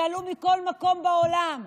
שעלו מכל מקום בעולם,